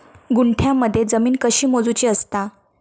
गुंठयामध्ये जमीन कशी मोजूची असता?